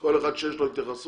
כל אחד שיש לו התייחסות,